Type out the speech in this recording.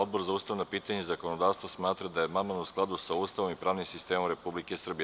Odbor za ustavna pitanja i zakonodavstva smatra da je amandman u skladu sa ustavom i pravnim sistemom Republike Srbije.